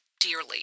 dearly